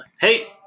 hey